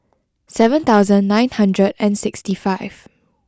seven thousand nine hundred and sixty five